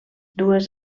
dues